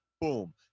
Boom